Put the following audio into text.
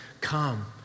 Come